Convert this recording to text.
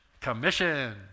Commission